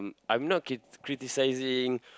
mm I'm not crit~ criticizing